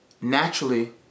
naturally